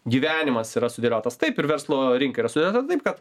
gyvenimas yra sudėliotas taip ir verslo rinka yra sudėta taip kad